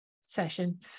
session